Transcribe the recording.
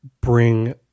bring